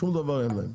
שום דבר אין להם.